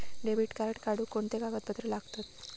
Debit card काढुक कोणते कागदपत्र लागतत?